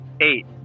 Eight